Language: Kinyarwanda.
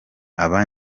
aba